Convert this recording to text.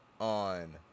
on